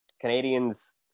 Canadians